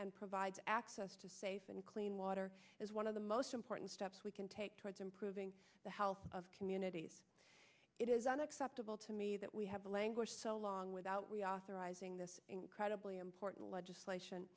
and provides access to safe and clean water is one of the most important steps we can take towards improving the health of communities it is unacceptable to me that we have a language so long without reauthorizing this incredibly important legislation